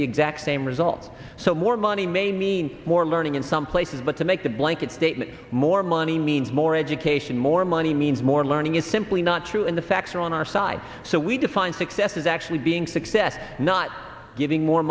the exact same results so more money may mean more learning in some places but to make a blanket statement more money means more education more money means more learning is simply not true and the facts are on our side so we define success is actually being success not giving more